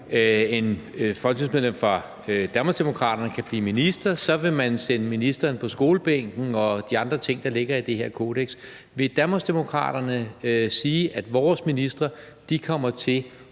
før et folketingsmedlem fra Danmarksdemokraterne kan blive minister, vil man sende vedkommende på skolebænken og gøre de andre ting, der ligger i det her kodeks. Vil Danmarksdemokraterne sige: Vores ministre kommer til